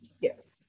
Yes